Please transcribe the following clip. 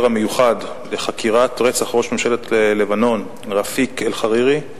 המיוחד לחקירת רצח ראש ממשלת לבנון רפיק אל-חרירי,